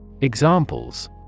examples